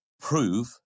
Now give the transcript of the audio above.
prove